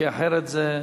כי אחרת זה,